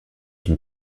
une